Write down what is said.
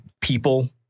people